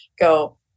go